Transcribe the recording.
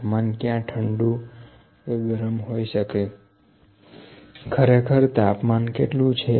તાપમાન ક્યાં ઠંડુ કે ગરમ હોઈ શકે ખરેખર તાપમાન કેટલું છે